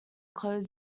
close